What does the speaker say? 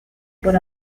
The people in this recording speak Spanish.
por